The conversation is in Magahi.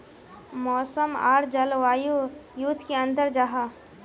मौसम आर जलवायु युत की अंतर जाहा?